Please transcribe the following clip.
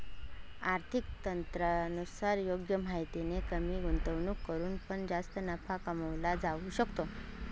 आर्थिक तज्ञांनुसार योग्य माहितीने कमी गुंतवणूक करून पण जास्त नफा कमवला जाऊ शकतो